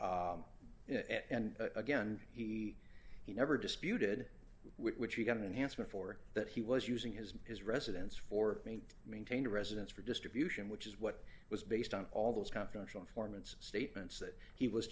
e and again he he never disputed with which he got an answer for that he was using his his residence for me to maintain a residence for distribution which is what it was based on all those confidential informants statements that he was